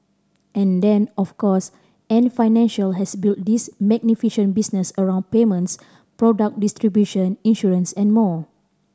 and then of course Ant Financial has built this magnificent business around payments product distribution insurance and more